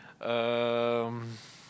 um